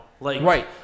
Right